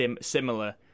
similar